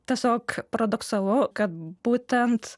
tiesiog paradoksalu kad būtent